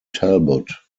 talbot